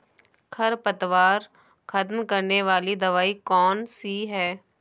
खरपतवार खत्म करने वाली दवाई कौन सी है?